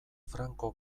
franco